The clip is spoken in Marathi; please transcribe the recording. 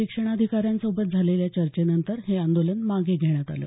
शिक्षणाधिकाऱ्यांसोबत झालेल्या चर्चेनंतर हे आंदोलन मागे घेण्यात आलं